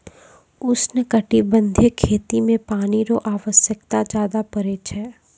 उष्णकटिबंधीय खेती मे पानी रो आवश्यकता ज्यादा पड़ै छै